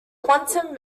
quantum